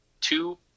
two